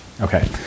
Okay